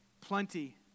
plenty